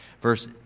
Verse